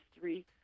three